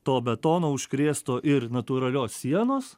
to betono užkrėsto ir natūralios sienos